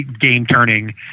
game-turning